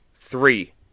Three